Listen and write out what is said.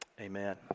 amen